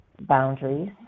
Boundaries